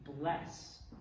bless